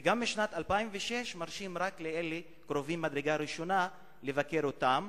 ומשנת 2006 מרשים רק לקרובים מדרגה ראשונה לבקר אותם,